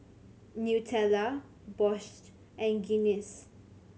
Nutella Bosch and Guinness